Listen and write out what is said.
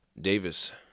Davis